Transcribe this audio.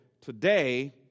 today